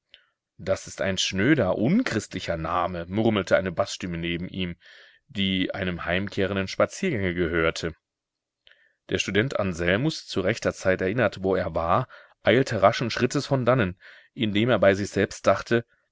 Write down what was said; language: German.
das ist ein schnöder unchristlicher name murmelte eine baßstimme neben ihm die einem heimkehrenden spaziergänger gehörte der student anselmus zu rechter zeit erinnert wo er war eilte raschen schrittes von dannen indem er bei sich selbst dachte